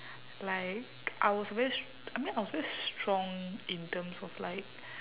like I was very s~ I mean I was very strong in terms of like